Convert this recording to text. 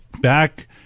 back